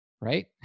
right